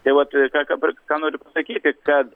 tai vat ką ką ką noriu pasakyti kad